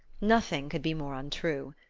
nothing could be more untrue.